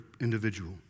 individual